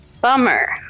Bummer